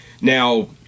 now